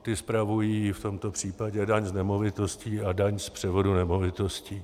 Ti spravují v tomto případě daň z nemovitostí a daň z převodu nemovitostí.